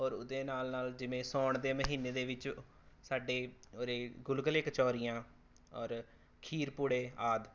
ਔਰ ਉਹਦੇ ਨਾਲ ਨਾਲ ਜਿਵੇਂ ਸਾਉਣ ਦੇ ਮਹੀਨੇ ਦੇ ਵਿੱਚ ਸਾਡੇ ਉਰੇ ਗੁਲਗੁਲੇ ਕਚੌਰੀਆਂ ਔਰ ਖੀਰ ਪੂੜੇ ਆਦਿ